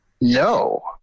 No